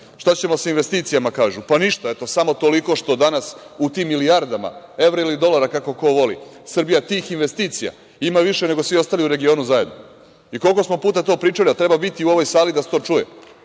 ćemo sa investicijama, kažu? Pa, ništa, samo toliko što danas u tim milijardama, evra ili dolara, kako ko voli, Srbija tih investicija ima više nego svi ostali u regionu zajedno. Koliko smo puta to pričali, ali treba biti u ovoj sali da se to čuje?